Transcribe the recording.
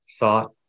thought